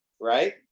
right